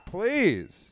Please